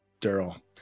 Daryl